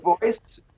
voice